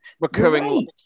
Recurring